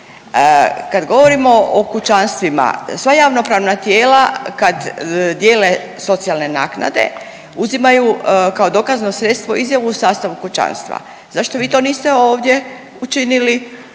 Kad govorimo o kućanstvima sva javnopravna tijela kad dijele socijalne naknade uzimaju kao dokazno sredstvo izjavu o sastavu kućanstva, zašto vi to niste ovdje učinili